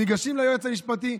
ניגשים ליועץ המשפטי,